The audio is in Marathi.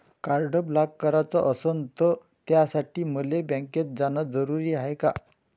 कार्ड ब्लॉक कराच असनं त त्यासाठी मले बँकेत जानं जरुरी हाय का?